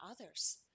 others